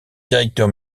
directeur